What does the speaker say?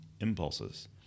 impulses